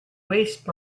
waste